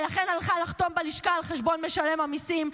ולכן הלכה לחתום בלשכה על חשבון משלם המיסים,